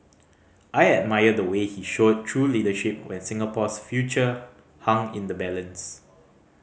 I admire the way he showed true leadership when Singapore's future hung in the balance